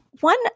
one –